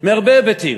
מהרבה היבטים,